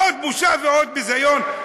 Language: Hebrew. עוד בושה ועוד ביזיון?